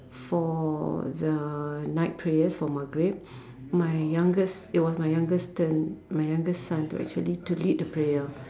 for the night prayers for maghrib my youngest it was my youngest turn my youngest son to actually to lead the prayer